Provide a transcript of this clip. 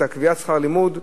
את קביעת שכר הלימוד,